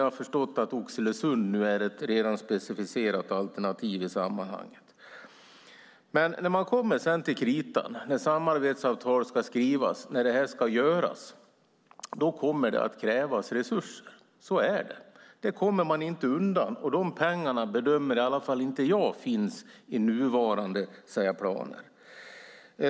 Jag har förstått att Oxelösund redan är ett specificerat alternativ i sammanhanget. När det kommer till kritan och samarbetsavtal ska skrivas kommer det att krävas resurser. Det kommer man inte undan, och de pengarna bedömer i alla fall inte jag finns i nuvarande planer.